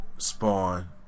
Spawn